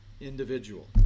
individual